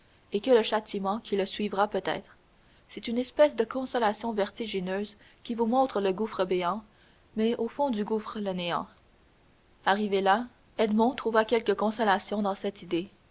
et que le châtiment qui le suivra peut-être c'est une espèce de consolation vertigineuse qui vous montre le gouffre béant mais au fond du gouffre le néant arrivé là edmond trouva quelque consolation dans cette idée